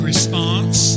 Response